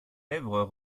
lèvres